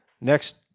Next